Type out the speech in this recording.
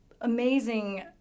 amazing